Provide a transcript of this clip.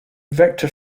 vector